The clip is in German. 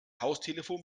haustelefon